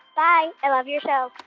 bye. i love your show